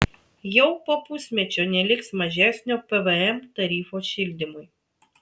jau po pusmečio neliks mažesnio pvm tarifo šildymui